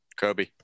Kobe